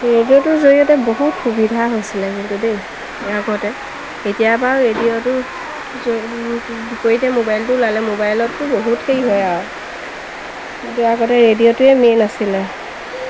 ৰেডিঅ'টোৰ জৰিয়তে বহুত সুবিধা হৈছিলে কিন্তু দেই আগতে কেতিয়াবা ৰেডিঅ'টো যেতিয়াৰ পৰা মোবাইলটো ওলালে মোবাইলতটো বহুত সেই হয় আৰু আগতে ৰেডিঅ'টোৱে মেইন আছিলে